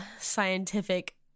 scientific